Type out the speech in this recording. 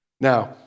Now